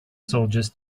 soldiers